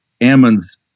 Ammon's